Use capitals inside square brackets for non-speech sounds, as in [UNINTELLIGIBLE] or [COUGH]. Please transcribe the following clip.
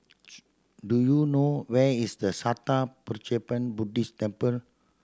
[UNINTELLIGIBLE] do you know where is the Sattha [UNINTELLIGIBLE] Buddhist Temple